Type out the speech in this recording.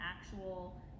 actual